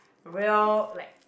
real like